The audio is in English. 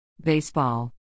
Baseball